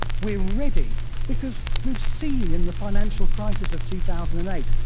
we're ready because we've seen, in the financial crisis of two thousand and eight,